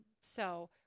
So-